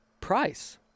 price